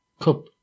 Cup